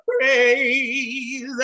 praise